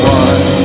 one